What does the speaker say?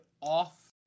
off